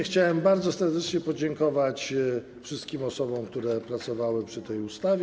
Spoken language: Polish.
Chciałem bardzo serdecznie podziękować wszystkim osobom, które pracowały przy tej ustawie.